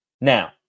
Now